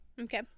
Okay